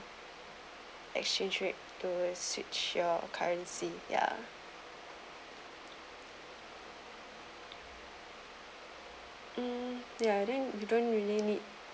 exchange rate to switch your currency ya um ya then you don't really need